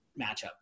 matchup